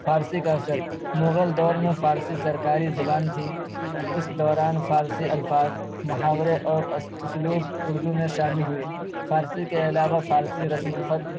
فارسی کا اثر مغل دور میں فارسی سرکاری زبان تھی اس دوران فارسی الفاظ محاورے اور اس اسلوب اردو میں شامل ہوئے فارسی کے علاوہ فارسی رسم الخط